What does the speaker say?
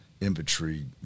infantry